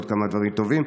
ועוד כמה דברים טובים.